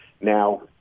Now